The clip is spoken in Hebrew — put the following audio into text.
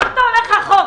למה אתה הולך רחוק?